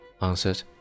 answered